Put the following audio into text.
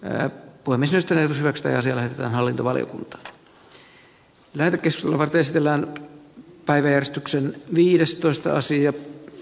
ä puomisysteemisivät vesille ja hallintovaliokunta lähetti sulavat esitellään parrestoksen viidestoista sija